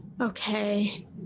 okay